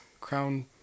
Crown